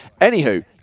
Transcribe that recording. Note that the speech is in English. Anywho